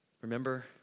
remember